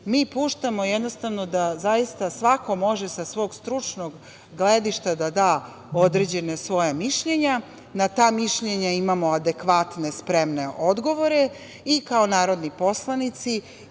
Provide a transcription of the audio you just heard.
Mi puštamo jednostavno da zaista svako može sa svog stručnog gledišta da da određena svoja mišljenja. Na ta mišljenja imamo adekvatne, spremne odgovore i kao narodni poslanici